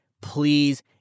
please